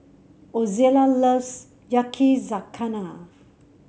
Ozella loves Yakizakana